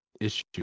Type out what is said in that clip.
issue